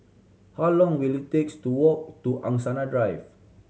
how long will it takes to walk to Angsana Drive